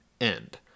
end